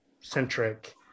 centric